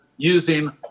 using